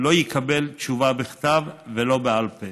לא יקבל תשובה בכתב ולא בעל פה.